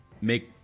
make